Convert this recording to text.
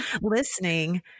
listening